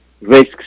risks